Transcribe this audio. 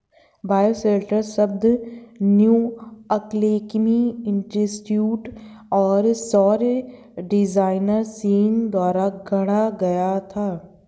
bioshelter शब्द new alchemy institute और सौर डिजाइनर सीन द्वारा गढ़ा गया था